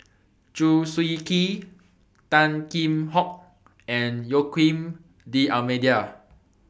Chew Swee Kee Tan Kheam Hock and Joaquim D'almeida